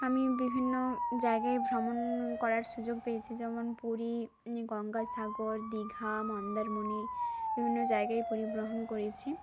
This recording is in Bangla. আমি বিভিন্ন জায়গায় ভ্রমণ করার সুযোগ পেয়েছি যেমন পুরী গঙ্গায় সাগর দীঘা মন্দারমণি বিভিন্ন জায়গায় পরিবহন করেছি